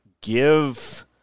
give